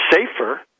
safer